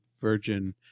Virgin